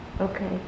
Okay